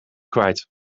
kwijt